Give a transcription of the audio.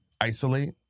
isolate